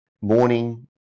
morning